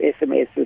SMSs